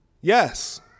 yes